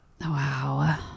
Wow